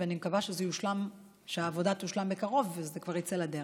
ואני מקווה שהעבודה תושלם בקרוב ושזה כבר יצא לדרך.